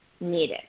needed